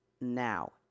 now